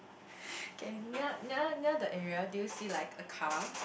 cannot near near the area do you see like a car